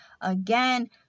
Again